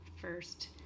first